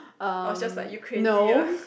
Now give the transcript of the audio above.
I was just like you crazy ah